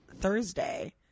Thursday